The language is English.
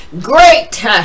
great